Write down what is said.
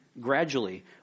gradually